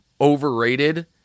overrated